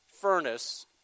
furnace